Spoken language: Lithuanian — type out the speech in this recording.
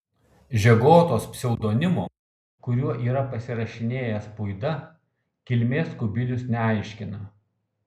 žegotos pseudonimo kuriuo yra pasirašinėjęs puida kilmės kubilius neaiškina